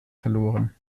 verloren